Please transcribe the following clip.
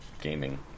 gaming